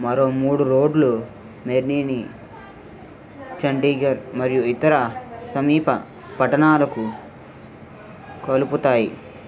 మరో మూడు రోడ్లు మెర్నీని చండీఘడ్ మరియు ఇతర సమీప పట్టణాలకు కలుపుతాయి